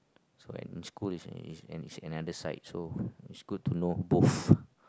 so at school in school it's it's another side so it's good to know both